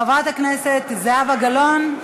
חברת הכנסת זהבה גלאון,